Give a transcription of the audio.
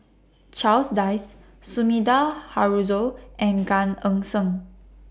Charles Dyce Sumida Haruzo and Gan Eng Seng